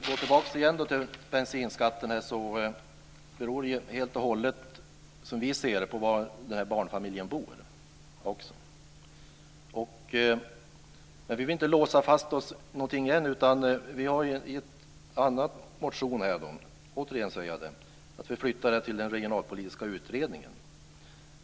Fru talman! För att gå tillbaka till bensinskatterna igen beror det helt och hållet, som vi ser det, på var den här barnfamiljen bor. Vi vill dock inte låsa fast oss vid någonting än. Vi har i en annan motion sagt - återigen säger jag det - att vi flyttar det till den regionalpolitiska utredningen.